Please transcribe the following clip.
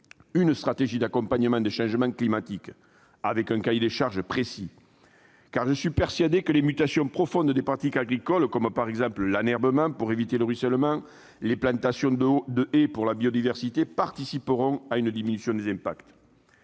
une stratégie d'accompagnement des changements climatiques, avec un cahier des charges précis. Car je suis persuadé que les mutations profondes des pratiques agricoles, comme l'enherbement pour éviter le ruissellement ou les plantations de haies pour la biodiversité, participeront à une diminution des impacts.